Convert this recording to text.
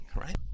right